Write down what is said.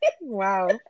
Wow